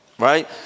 Right